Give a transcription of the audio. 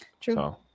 True